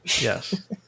Yes